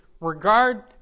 regard